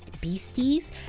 beasties